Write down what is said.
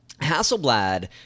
Hasselblad